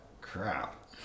crap